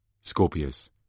Scorpius